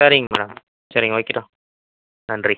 சரிங்க மேடம் சரிங்க வைக்கிட்டா நன்றி